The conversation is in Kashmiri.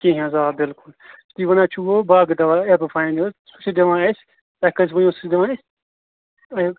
کیٚنٛہہ حظ آ بِلکُل تی وَنان چھِوٕ ہُہ باغہ دوا اَلبہ فایِن حظ سُہ چھُ دِوان اَسہِ تُہۍ کٔژِ بجہِ اوس ییُن یورٕ